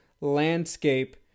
landscape